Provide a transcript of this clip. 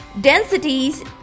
densities